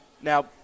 Now